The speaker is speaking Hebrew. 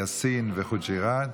יאסין וחוג'יראת,